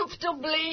comfortably